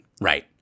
right